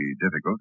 difficult